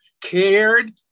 cared